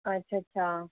अच्छ अच्छा